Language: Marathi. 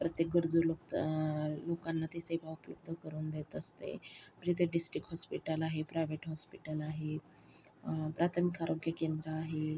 प्रत्येक गरजू लोका लोकांना ती सेवा उपलब्ध करून देत असते येथे डिस्ट्रिक्ट हॉस्पिटल आहे प्रायव्हेट हॉस्पिटल आहे प्राथमिक आरोग्य केंद्र आहे